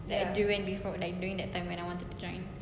like during before like during that time when I wanted to join